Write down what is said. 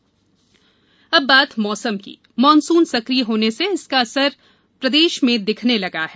मौसम monsoon monsoon सक्रिय होने से इसका असर प्रदेश में दिखने लगा है